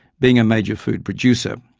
being a major food producer.